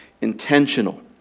intentional